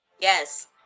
Yes